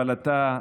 אבל אתה,